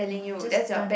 I'm just done